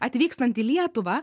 atvykstant į lietuvą